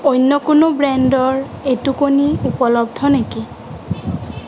অন্য কোনো ব্ৰেণ্ডৰ এইটো কণী উপলব্ধ নেকি